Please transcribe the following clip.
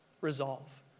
Resolve